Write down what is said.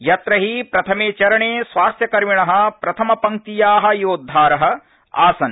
यत्र हि प्रथमे चरणे स्वास्थ्यकर्मिण प्रथमपंक्ति्या योद्धार आसन्